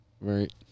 right